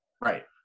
Right